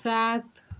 सात